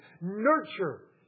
Nurture